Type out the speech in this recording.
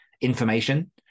information